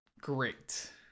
great